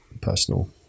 personal